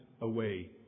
away